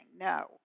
No